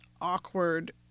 awkward